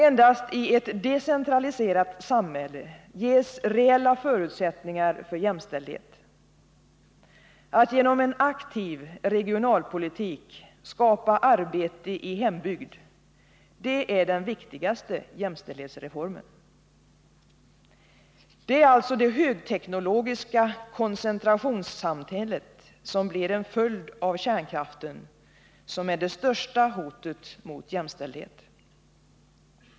Endast i ett decentraliserat samhälle ges reella förutsättningar för jämställdhet. Att genom en aktiv regionalpolitik skapa arbete i hembygden är den viktigaste jämställdhetsreformen. Det är alltså det högteknologiska koncentrationssamhället, som blir en följd av kärnkraften, som är det största hotet mot jämställdhet.